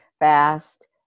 fast